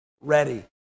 ready